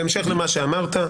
בהמשך למה שאמרת,